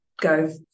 go